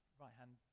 right-hand